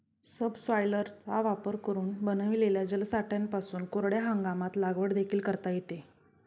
सबसॉयलरचा वापर करून बनविलेल्या जलसाठ्यांपासून कोरड्या हंगामात लागवड देखील करता येते